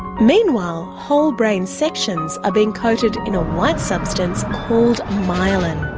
meanwhile whole brain sections are being coated in a white substance called myelin.